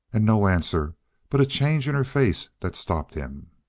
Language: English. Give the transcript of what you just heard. and no answer but a change in her face that stopped him.